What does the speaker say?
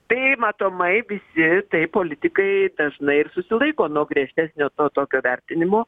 tai matomai visi taip politikai dažnai ir susilaiko nuo griežtesnio to tokio vertinimo